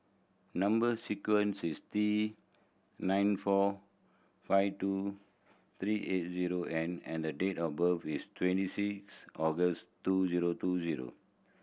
number sequence is T nine four five two three eight zero N and the date of birth is twenty six August two zero two zero